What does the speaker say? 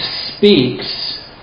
speaks